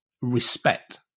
respect